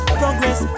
progress